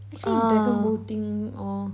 actually dragon boating or